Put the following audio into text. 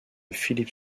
phillip